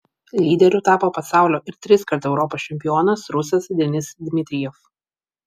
lyderiu tapo pasaulio ir triskart europos čempionas rusas denis dmitrijev